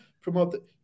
promote